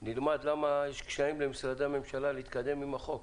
נלמד למה יש למשרדי הממשלה קשיים להתקדם עם החוק.